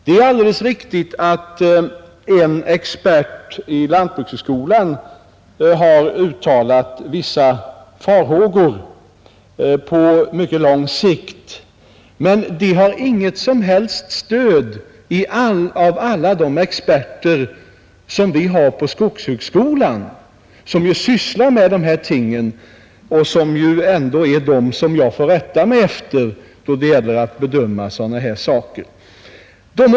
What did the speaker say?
Det är alldeles riktigt att en expert vid lantbrukshögskolan har uttalat vissa farhågor på mycket lång sikt, men det har inget som helst stöd av alla de experter som vi har på skogshögskolan och som ju sysslar med dessa problem och som ändå är de som jag får rätta mig efter då det gäller att bedöma dessa frågor.